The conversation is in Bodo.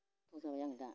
खस्थ' जाबाय आं दा